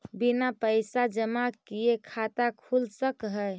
बिना पैसा जमा किए खाता खुल सक है?